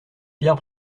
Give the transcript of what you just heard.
bière